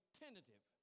tentative